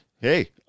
hey